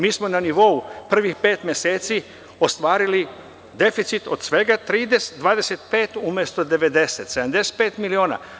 Mi smo na nivou prvih pet meseci ostvarili deficit od svega 25 umesto 90, 75 miliona.